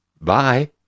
Bye